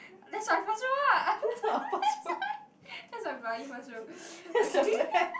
that's my first row lah that's my bloody first row okay